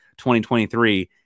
2023